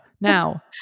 Now